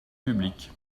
publiques